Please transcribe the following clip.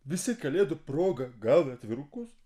visi kalėdų proga gauna atvirukus